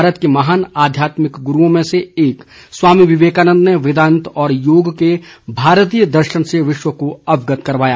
भारत के महान आध्यात्मिक गुरूओं में से एक स्वामी विवेकानन्द ने वेदान्त और योग के भारतीय दर्शन से विश्व को अवगत करवाया